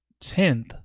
tenth